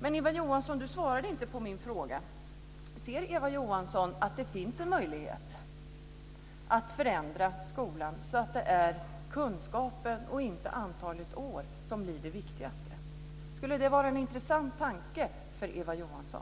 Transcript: Men Eva Johansson svarade inte på min fråga. Ser Eva Johansson att det finns en möjlighet att förändra skolan så att kunskapen och inte antalet år blir det viktigaste? Är det en intressant tanke för Eva Johansson?